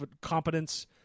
competence